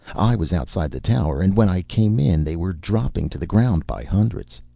i was outside the tower, and when i came in they were dropping to the ground by hundreds.